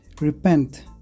Repent